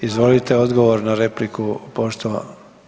Izvolite odgovor na repliku poštovana.